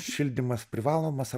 šildymas privalomas